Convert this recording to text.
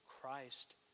Christ